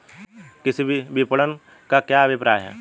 कृषि विपणन का क्या अभिप्राय है?